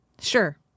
Sure